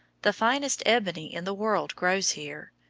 the finest ebony in the world grows here.